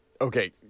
okay